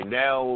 now